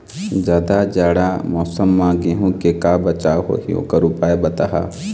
जादा जाड़ा मौसम म गेहूं के का बचाव होही ओकर उपाय बताहा?